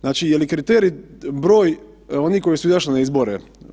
Znači, je li kriterij broj onih koji su izašli na izbore?